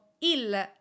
il